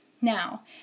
Now